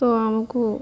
ତ ଆମକୁ